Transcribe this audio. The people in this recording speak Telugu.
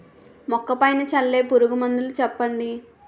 మొక్క పైన చల్లే పురుగు మందులు చెప్పండి?